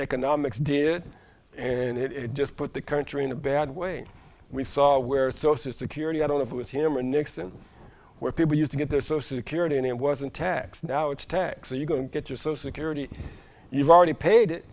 economics did and it just put the country in a bad way we saw where souces to curity i don't know if it was him or nixon where people used to get their social security and it wasn't taxed now it's tax so you go and get your so security you've already paid it